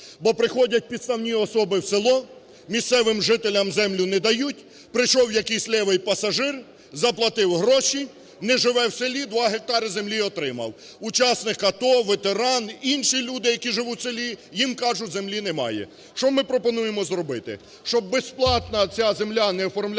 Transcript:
бо приходять підставні особи в село, місцевим жителям землю не дають, прийшов якийсь лівий пасажир, заплатив гроші, не живе в селі, два гектара землі отримав, учасник АТО, ветеран, інші люди, які живуть в селі, їм кажуть, землі немає. Що ми пропонуємо зробити? Щоб безплатна ця земля не оформлялася